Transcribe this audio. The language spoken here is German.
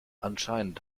anscheinend